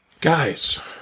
guys